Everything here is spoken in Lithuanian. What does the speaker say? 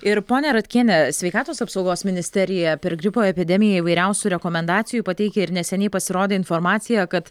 ir ponia ratkiene sveikatos apsaugos ministerija per gripo epidemiją įvairiausių rekomendacijų pateikė ir neseniai pasirodė informacija kad